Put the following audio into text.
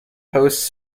hosts